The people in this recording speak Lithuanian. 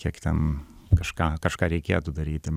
kiek ten kažką kažką reikėtų daryti